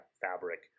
fabric